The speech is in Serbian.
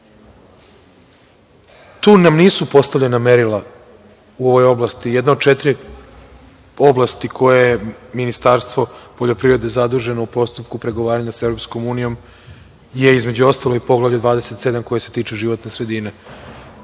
tu nam nisu postavljena merila u ovoj oblasti. Jedno od četiri oblasti za koje je Ministarstvo poljoprivrede zaduženo u postupku pregovaranja sa EU je, između ostalog, i poglavlje 27 koje se tiče životne sredine.